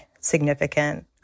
significant